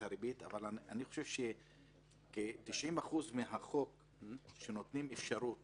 הריבית אני חושב ש-90% מהחוק הוא שנותנים אפשרות